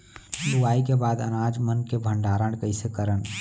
लुवाई के बाद अनाज मन के भंडारण कईसे करन?